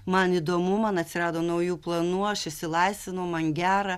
man įdomu man atsirado naujų planų aš išsilaisvinau man gera